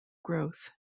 growth